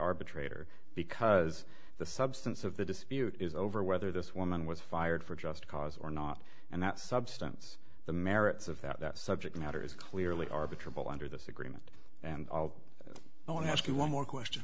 arbitrator because the substance of the dispute is over whether this woman was fired for just cause or not and that substance the merits of that subject matter is clearly arbiter ball under this agreement and i want to ask you one more question